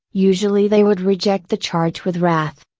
usually they would reject the charge with wrath.